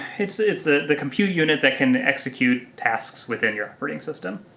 it's the it's ah the compute unit that can execute tasks within your operating system.